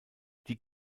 die